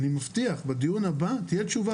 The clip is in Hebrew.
אני מבטיח שבדיון הבא תהיה תשובה